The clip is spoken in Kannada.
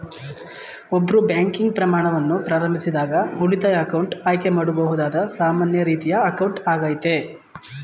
ಒಬ್ರು ಬ್ಯಾಂಕಿಂಗ್ ಪ್ರಯಾಣವನ್ನ ಪ್ರಾರಂಭಿಸಿದಾಗ ಉಳಿತಾಯ ಅಕೌಂಟ್ ಆಯ್ಕೆ ಮಾಡಬಹುದಾದ ಸಾಮಾನ್ಯ ರೀತಿಯ ಅಕೌಂಟ್ ಆಗೈತೆ